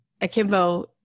Akimbo